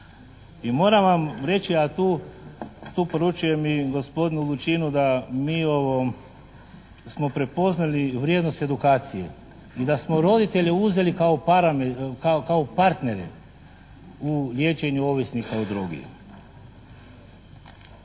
moram vam reći da tu, tu poručujem i gospodinu Lučinu da mi u ovom, smo prepoznali vrijednost edukacije. I da smo roditelje uzeli kao partnere u liječenju ovisnika o drogi.